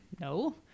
No